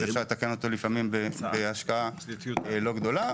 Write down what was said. ולפעמים אפשר לתקן אותו בהשקעה לא גדולה.